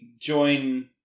join